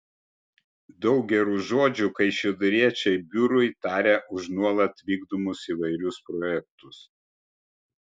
daug gerų žodžių kaišiadoriečiai biurui taria už nuolat vykdomus įvairius projektus